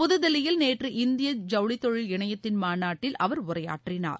புதுதில்லியில் நேற்று இந்திய ஜவுளித்தொழில் இணையத்தின் மாநாட்டில் அவர் உரையாற்றினார்